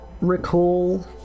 recall